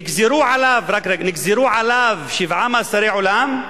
נגזרו עליו שבעה מאסרי עולם,